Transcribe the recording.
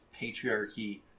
patriarchy